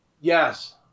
Yes